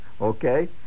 Okay